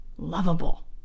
lovable